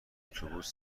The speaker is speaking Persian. اتوبوس